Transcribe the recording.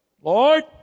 Lord